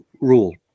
rule